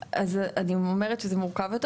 אז אני אומרת שזה מורכב יותר.